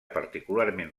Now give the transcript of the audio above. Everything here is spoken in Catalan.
particularment